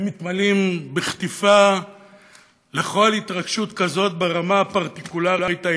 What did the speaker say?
שמתמלאים בקטיפה לכל התרגשות כזאת ברמה הפרטיקולרית,